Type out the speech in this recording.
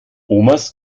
omas